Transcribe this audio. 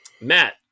Matt